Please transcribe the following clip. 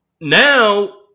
now